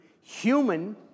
human